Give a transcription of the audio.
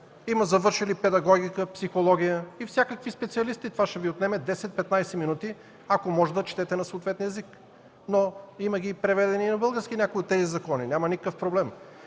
има завършили педагогика, психология и всякакви специалисти. Това ще Ви отнеме 10-15 минути, ако можете да четете на съответния език. Но ги има и преведени и на български някои от тези закони. Няма никакъв проблем,